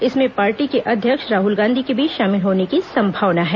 इसमें पार्टी के अध्यक्ष राहुल गांधी के भी शामिल होने की संभावना है